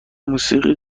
موسیقی